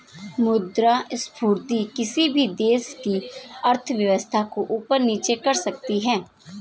मुद्रा संस्फिति किसी भी देश की अर्थव्यवस्था को ऊपर या नीचे ले जा सकती है